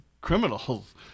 criminals